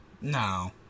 No